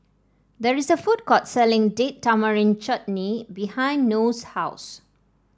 there's a food court selling Date Tamarind Chutney behind Noe's house